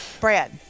Brad